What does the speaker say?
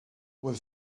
were